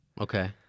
okay